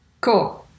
Cool